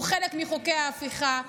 הוא חלק מחוקי ההפיכה.